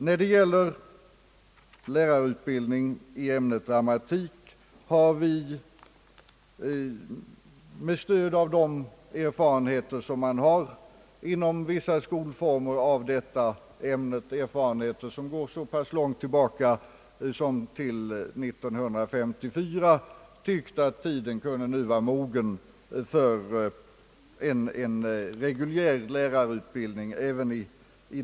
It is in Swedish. När det gäller lärarutbildning i ämnet "dramatik har vi med stöd av de erfarenheter som man har inom vissa skolformer av detta ämne — erfarenheter som går så pass långt tillbaka som till 1954 — tyckt att tiden nu skulle vara mogen för en regulär lärarutbildning.